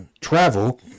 travel